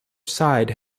side